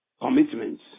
commitments